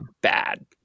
bad